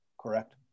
correct